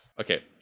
Okay